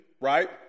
right